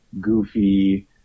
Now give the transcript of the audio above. goofy